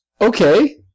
Okay